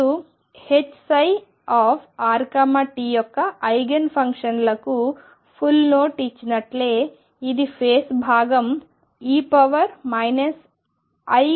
మరియు Hψrt యొక్క ఐగెన్ ఫంక్షన్లకు ఫుట్ నోట్ ఇచ్చినట్లే ఇది ఫేస్ భాగం e iEnt